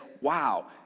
wow